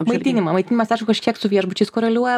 maitinimą maitinimas aišku kažkiek su viešbučiais koreliuoja